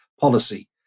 policy